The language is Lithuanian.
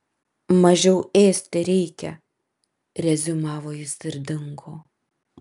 mažiau ėsti reikia reziumavo jis ir dingo